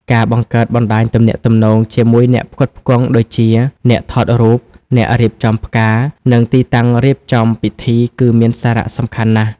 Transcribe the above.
ការ បង្កើតបណ្តាញទំនាក់ទំនង ជាមួយអ្នកផ្គត់ផ្គង់ដូចជា អ្នកថតរូប អ្នករៀបចំផ្កា និងទីតាំងរៀបចំពិធីគឺមានសារៈសំខាន់ណាស់។